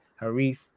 Harif